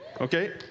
Okay